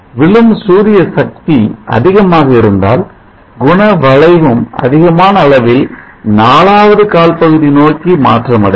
விழும் சூரிய சக்தி அதிகமாக இருந்தால் குணவளைவும் அதிகமான அளவில் நாலாவது கால்பகுதி நோக்கி மாற்றம் அடையும்